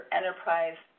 enterprise